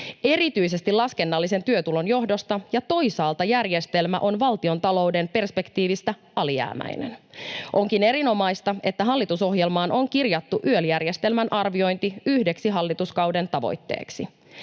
erityisesti laskennallisen työtulon johdosta, ja toisaalta järjestelmä on valtiontalouden perspektiivistä alijäämäinen. Onkin erinomaista, että hallitusohjelmaan on kirjattu YEL-järjestelmän arviointi yhdeksi hallituskauden tavoitteeksi.